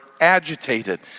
agitated